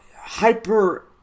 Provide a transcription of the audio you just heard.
Hyper